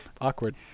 awkward